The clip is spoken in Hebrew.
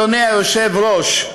אדוני היושב-ראש.